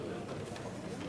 כבוד היושב-ראש,